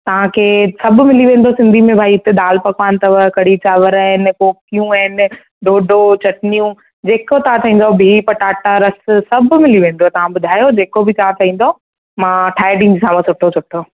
तव्हां खे सभु मिली वेंदो सिंधी में भई दाल पकवान अथव कढ़ी चांवर आहिनि कोकियूं आहिनि डोढो चटणियूं जेको तव्हां चईंदा बि पटाटा रस सभु मिली वेंदव तव्हां ॿुधायो जेको बि तव्हां खाईंदव मां ठाहे ॾींदीसांव सुठो सुठो